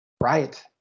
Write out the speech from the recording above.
Right